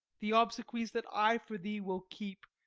the obsequies that i for thee will keep,